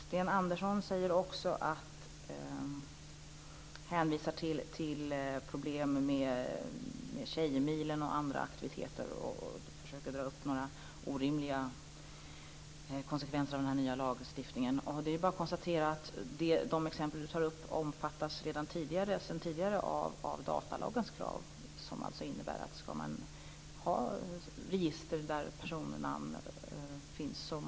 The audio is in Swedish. Sten Andersson hänvisar till problem med Tjejmilen och andra aktiviteter och räknar upp några orimliga konsekvenser med den nya lagen. De exempel som Sten Andersson tog upp omfattas sedan tidigare av datalagen, som innebär att man måste ha tillstånd att upprätta ett register med personnamn.